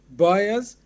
buyers